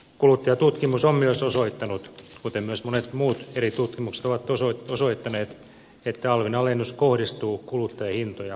kuluttajatutkimus on myös osoittanut kuten myös monet muut eri tutkimukset ovat osoittaneet että alvin alennus kohdistuu kuluttajahintoja alentavasti